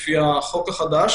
לפי החוק החדש